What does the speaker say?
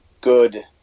good